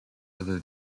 other